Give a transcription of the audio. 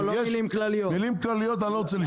מילים כלליות אני לא רוצה לשמוע.